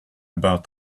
about